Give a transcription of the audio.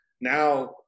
now